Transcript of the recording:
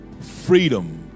freedom